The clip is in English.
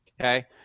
okay